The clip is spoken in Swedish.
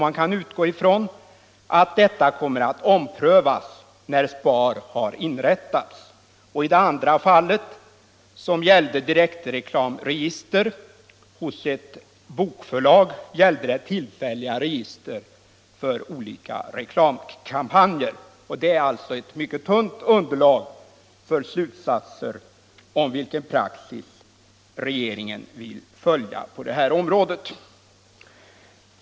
Man kan utgå från att detta beslut kommer att omprövas, när SPAR har inrättats. Det andra fallet gällde ett tillfälligt direktreklamregister hos ett bokförlag. Det är ett mycket tunt underlag för slutsatser om vilken praxis regeringen vill följa på detta område.